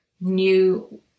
new